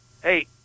hey